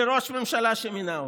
לראש הממשלה שמינה אותו.